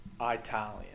Italian